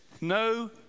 No